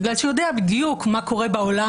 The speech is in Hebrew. בגלל שהוא יודע בדיוק מה קורה בעולם